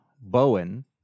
Bowen